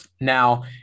Now